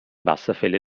wasserfälle